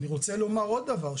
אני רוצה לומר עוד דבר,